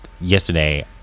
yesterday